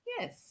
Yes